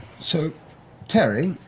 sam tary?